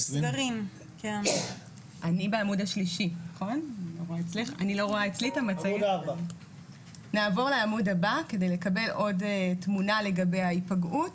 עמוד 4. נעבור לעמוד הבא כדי לקבל עוד תמונה לגבי ההיפגעות.